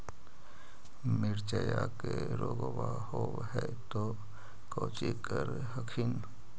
मिर्चया मे रोग्बा होब है तो कौची कर हखिन?